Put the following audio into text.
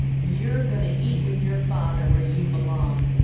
you're goin' to eat with your father where you belong.